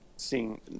seeing